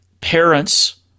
Parents